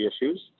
issues